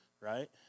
right